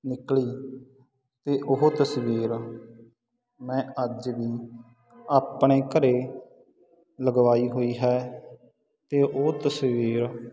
ਨਿਕਲੀ ਤੇ ਉਹ ਤਸਵੀਰ ਮੈਂ ਅੱਜ ਵੀ ਆਪਣੇ ਘਰੇ ਲਗਵਾਈ ਹੋਈ ਹੈ ਤੇ ਉਹ ਤਸਵੀਰ